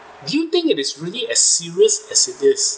do you think it is really as serious as it is